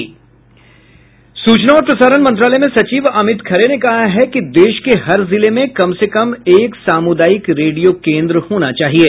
सूचना और प्रसारण मंत्रालय में सचिव अमित खरे ने कहा है कि देश के हर जिले में कम से कम एक सामुदायिक रेडियो होना चाहिए